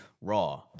raw